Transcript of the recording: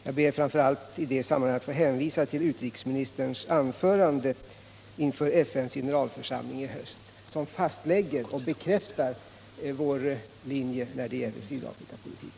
Jag ber framför allt i det här ssmman= hanget att få hänvisa till utrikesministerns anförande inför FN:s gene Om regeringens syn ralförsamling i höst, som fastlägger och beskriver vår linje när det gäller — på sydafrikanskt Sydafrikapolitiken.